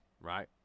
Right